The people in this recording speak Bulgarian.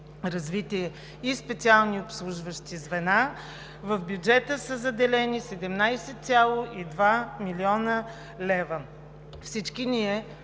и специални обслужващи звена в бюджета, са заделени 17,2 млн. лв. Всички ние